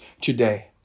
today